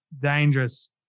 dangerous